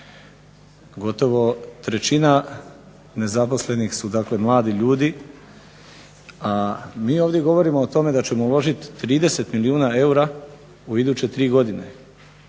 Gotovo trećina nezaposlenih su dakle mladi ljudi, a mi ovdje govorimo o tome da ćemo uložiti 30 milijuna eura u iduće 3 godine.